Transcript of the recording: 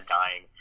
dying